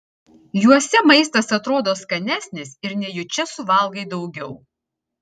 juose maistas atrodo skanesnis ir nejučia suvalgai daugiau